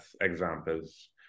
examples